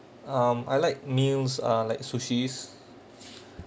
um I like meals are like sushi